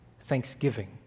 thanksgiving